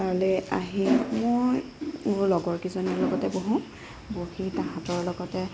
তাৰলে আহি মই মোৰ লগৰ কিজনীৰ লগতে বহোঁ বহি তাহাঁতৰ লগতে